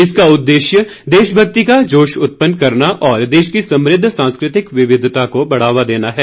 इसका उद्देश्य देशभक्ति का जोश उत्पन्न करना और देश की समृद्ध सांस्कृतिक विविधता को बढ़ावा देना है